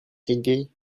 idée